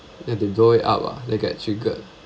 need to blow it up ah they get triggered